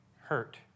hurt